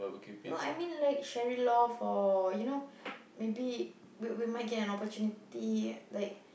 no I mean like Cherry Loft or you know maybe we we might get a opportunity like